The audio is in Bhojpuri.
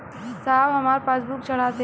साहब हमार पासबुकवा चढ़ा देब?